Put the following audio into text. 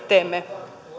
teemme